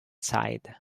sighed